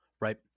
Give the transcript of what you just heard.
Right